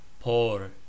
poor